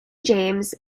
james